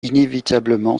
inévitablement